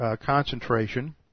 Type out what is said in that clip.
concentration